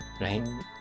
Right